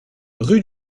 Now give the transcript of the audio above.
rue